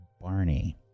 Barney